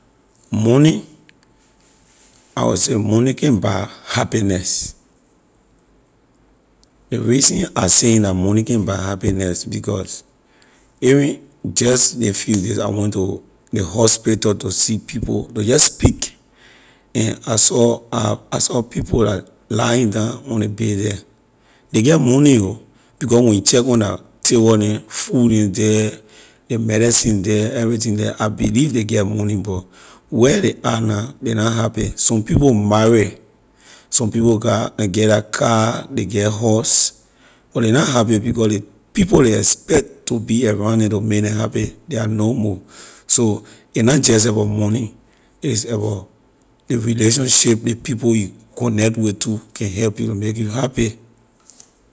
Money, I will say money can’t buy happiness ley reason I saying la money can’t buy happiness because even just ley few days I went to ley hospital to see people to just speak and I saw I i saw people la lying down on ley bay the ley get money ho because when you check on la table neh food neh the ley medicine the everything the I believe ley get money but where ley are na ley na happy some people marry some people got leey get la car ley get house but ley na happy because ley people ley expect to be around neh to make neh happy they are no more so a na just about money is about ley relationship ley people you connect with too can help you and make you happy.